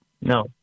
No